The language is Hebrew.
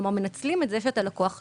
כלומר, מנצלים את זה שאתה לקוח שבוי,